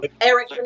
Eric